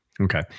okay